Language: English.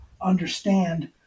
understand